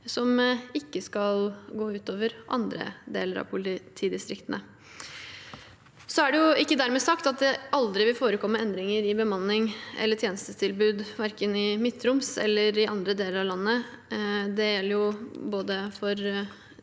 som ikke skal gå ut over andre deler av politidistriktene. Det er ikke dermed sagt at det aldri vil forekomme endringer i bemanning eller tjenestetilbud, verken i Midt-Troms eller andre deler av landet.